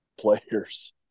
players